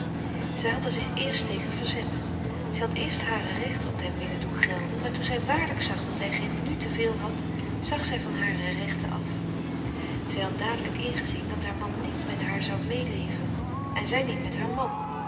zij had er zich eerst tegen verzet zij had eerst hare rechten op hem willen doen gelden maar toen zij waarlijk zag dat hij geen minuut te veel had zag zij van hare rechten af zij had dadelijk ingezien dat haar man niet met haar zoû meêleven en zij niet met haar man